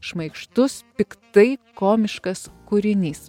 šmaikštus piktai komiškas kūrinys